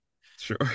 Sure